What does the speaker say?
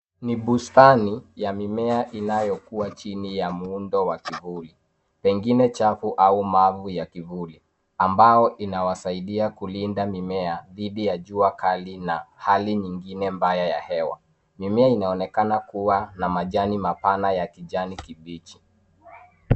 Ni bustani ya mimea inayokua chini ya muundo wa kivuli, pengine chafu au mavu ya kivuli ambao inawasaidia kulinda mimea dhidi ya jua kali na hali nyingine mbaya ya hewa. Mimea inaonekana kuwa na majani mapana ya kijani kibichi.